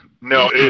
no